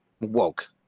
woke